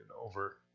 over